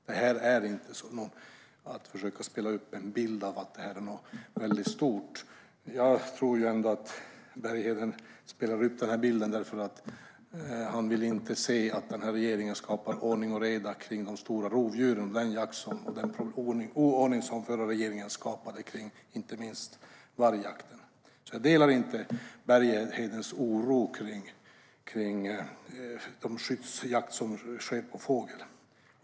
Jag tror att Bergheden målar upp en bild av att detta är något väldigt stort eftersom han inte vill se att den här regeringen skapar ordning och reda när det gäller de stora rovdjuren och reder upp den oordning som den förra regeringen skapade kring inte minst vargjakten. Jag delar alltså inte Berghedens oro när det gäller skyddsjakt av fågel.